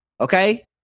Okay